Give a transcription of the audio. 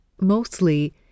mostly